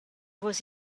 was